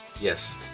Yes